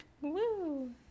woo